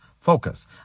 focus